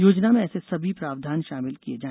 योजना में ऐसे सभी प्रावधान शामिल किए जाए